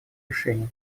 решений